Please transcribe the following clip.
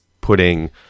putting